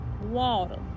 water